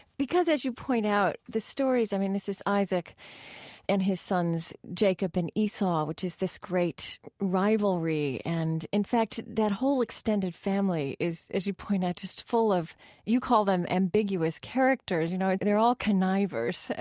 because, as you point out, the stories i mean, this is isaac and his sons jacob and esau, which is this great rivalry. and, in fact, that whole extended family is, as you point out, just full of you call them ambiguous characters. you know, they're all connivers,